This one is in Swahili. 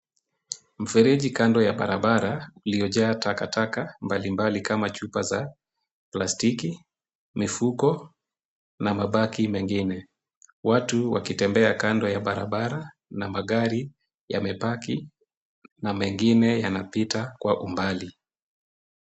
Mfereji kando ya barabara uliojaa takataka mbalimbali kama chupa za plastiki, mifuko, na mabaki mengine. Watu wakitembea kando ya barabara na magari yamepaki. Na mengine yanapita kwa umbali.